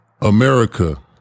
America